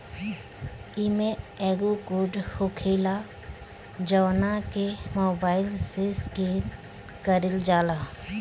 इमें एगो कोड होखेला जवना के मोबाईल से स्केन कईल जाला